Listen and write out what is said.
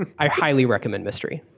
and i highly recommend mystery.